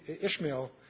Ishmael